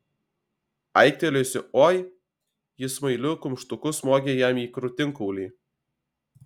aiktelėjusi oi ji smailiu kumštuku smogė jam į krūtinkaulį